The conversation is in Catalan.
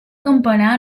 campanar